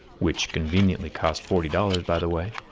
which conveniently costs forty dollars, by the way.